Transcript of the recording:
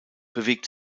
bewegt